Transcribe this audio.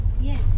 Yes